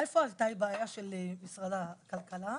איפה הייתה הבעיה של משרד הכלכלה?